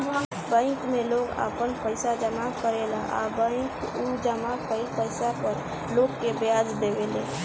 bank में लोग आपन पइसा जामा करेला आ बैंक उ जामा कईल पइसा पर लोग के ब्याज देवे ले